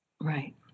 Right